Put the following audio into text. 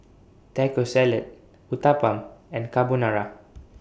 Taco Salad Uthapam and Carbonara